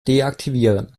deaktivieren